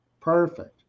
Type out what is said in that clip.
perfect